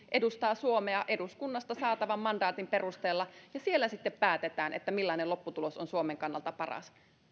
edustaa suomea eduskunnasta saatavan mandaatin perusteella ja siellä sitten päätetään millainen lopputulos on suomen kannalta paras